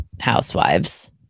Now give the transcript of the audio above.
Housewives